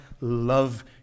love